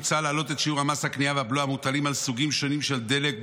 מוצע להעלות את שיעור מס הקנייה והבלו המוטלים על סוגים שונים של דלק,